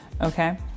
okay